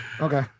Okay